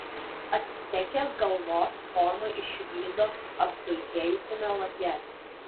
actekės galvos formą išvydo apdulkėjusiame lange